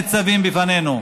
הניצבים בפנינו,